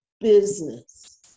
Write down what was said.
business